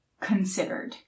considered